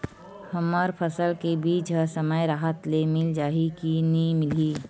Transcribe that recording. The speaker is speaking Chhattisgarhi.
हमर फसल के बीज ह समय राहत ले मिल जाही के नी मिलही?